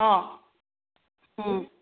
ꯑꯥ ꯎꯝ